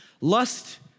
Lust